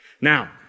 Now